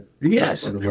Yes